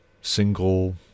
single